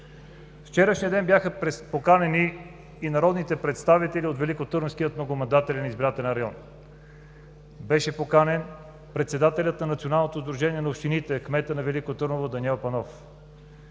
вчерашния ден бяха поканени и народните представители от Великотърновския многомандатен избирателен район. Беше поканен председателят на Националното сдружение на общините, кметът на Велико Търново Даниел Панов.